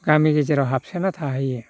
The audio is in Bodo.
गामि गेजेराव हाबसोना थाहैयो